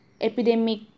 epidemic